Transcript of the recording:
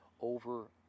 over